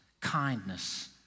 kindness